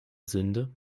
sünde